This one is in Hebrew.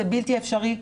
זה בלתי אפשרי.